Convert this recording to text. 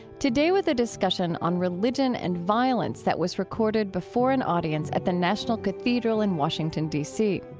today with a discussion on religion and violence that was recorded before an audience at the national cathedral in washington, dc.